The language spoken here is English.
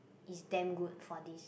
it's damn good for this